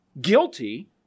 guilty